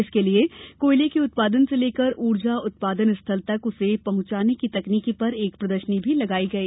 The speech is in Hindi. इसके लिए कोयले के उत्पादन से लेकर ऊर्जा उत्पादन स्थल तक उसे पहुंचाने की तकनीकी पर एक प्रदर्शनी भी लगाई गई